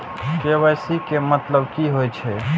KYC के मतलब कि होई छै?